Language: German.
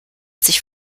sich